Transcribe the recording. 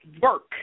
work